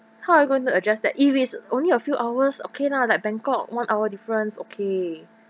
how are you going to adjust that if it's only a few hours okay lah like bangkok one hour difference okay